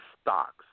stocks